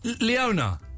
Leona